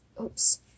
oops